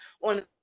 on